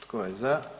Tko je za?